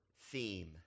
theme